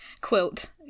quilt